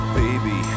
baby